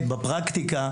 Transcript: באמת בפרקטיקה,